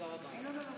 מצביע שרן מרים